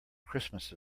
christmas